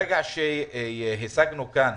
ברגע שהשגנו כאן